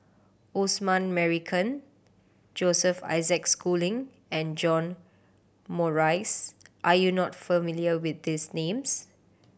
Osman Merican Joseph Isaac Schooling and John Morrice are you not familiar with these names